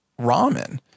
ramen